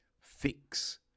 fix